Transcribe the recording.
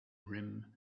rim